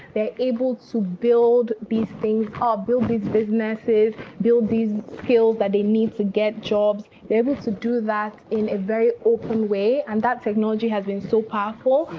they're able to build these things up, ah build these businesses, build these skills that they need to get jobs. they're able to do that in a very open way. and that technology has been so powerful.